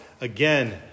again